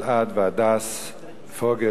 אלעד והדס פוגל,